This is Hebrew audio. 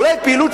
אולי פעילות